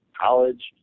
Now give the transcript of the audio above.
college